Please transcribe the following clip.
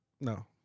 no